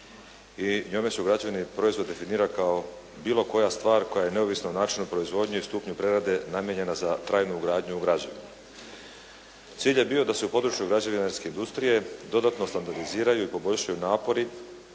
i njome se građevni proizvod definira kao bilo koja stvar koja je neovisna o načinu proizvodnje i stupnju prerade namijenjena za trajnu ugradnju u građenju. Cilj je bio da se u području građevinarske industrije dodatno standardiziraju i poboljšaju napori